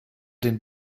den